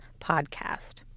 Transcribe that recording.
podcast